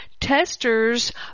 testers